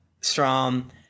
Strom